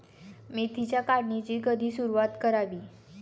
मेथीच्या काढणीची कधी सुरूवात करावी?